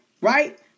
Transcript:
Right